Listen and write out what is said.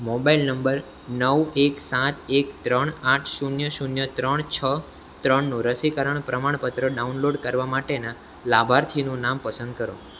mobile number નવ એક સાત એક ત્રણ આઠ શૂન્ય શૂન્ય ત્રણ છ ત્રણનું રસીકરણ પ્રમાણપત્ર ડાઉનલોડ કરવા માટેના લાભાર્થીનું નામ પસંદ કરો